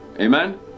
amen